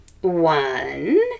one